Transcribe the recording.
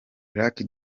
lucky